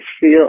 feel